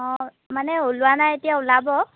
অঁ মানে ওলোৱা নাই এতিয়া ওলাব